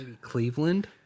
cleveland